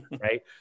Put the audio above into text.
Right